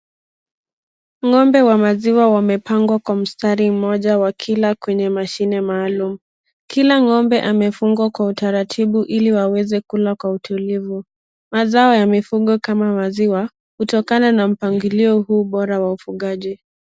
Ng'ombe wa maziwa wamepangwa kwa mstari mmoja wakila kwenye mashine maalum. Kila ng'ombe amefungwa kwa utaratibu ili waweze kula kwa utulivu. Mazao ya mifugo kama maziwa hutokana na mpangilio huu bora wa ufugaji.